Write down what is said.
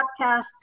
podcast